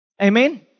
Amen